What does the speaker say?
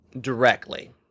directly